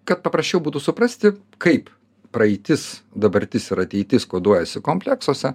kad paprasčiau būtų suprasti kaip praeitis dabartis ir ateitis koduojasi kompleksuose